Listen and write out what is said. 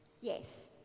Yes